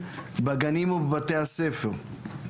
בגנים ובבתי הספר.